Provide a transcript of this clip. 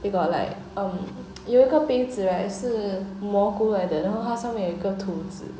they got like um 有一个杯子 right 是蘑菇来的然后它上面有一个兔子